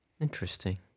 Interesting